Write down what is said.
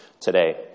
today